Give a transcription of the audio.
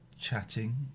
chatting